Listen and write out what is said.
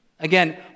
Again